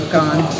gone